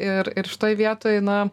ir ir šitoj vietoj na